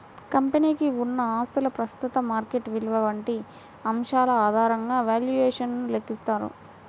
కంపెనీకి ఉన్న ఆస్తుల ప్రస్తుత మార్కెట్ విలువ వంటి అంశాల ఆధారంగా వాల్యుయేషన్ ను లెక్కిస్తారు